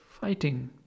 fighting